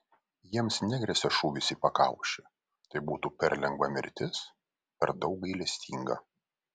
jiems negresia šūvis į pakaušį tai būtų per lengva mirtis per daug gailestinga